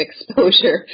exposure